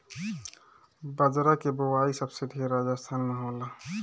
बजरा के बोआई सबसे ढेर राजस्थान में होला